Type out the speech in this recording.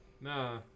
Nah